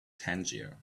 tangier